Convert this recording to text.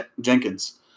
Jenkins